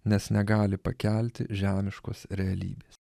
nes negali pakelti žemiškos realybės